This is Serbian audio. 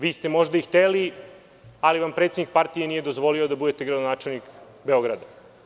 Vi ste možda i hteli, ali vam predsednik partije nije dozvolio da budete gradonačelnik Beograda.